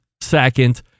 second